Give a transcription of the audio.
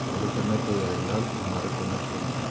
ஒரு கன்னத்தை அறைந்தால் மறு கன்னத்தை